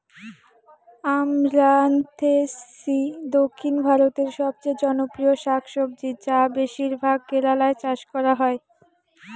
আমরান্থেইসি দক্ষিণ ভারতের সবচেয়ে জনপ্রিয় শাকসবজি যা বেশিরভাগ কেরালায় চাষ করা হয়